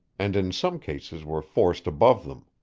and in some cases were forced above them.